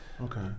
Okay